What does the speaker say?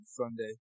sunday